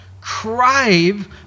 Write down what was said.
crave